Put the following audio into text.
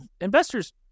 Investors